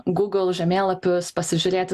google žemėlapius pasižiūrėti